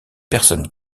personnes